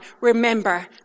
remember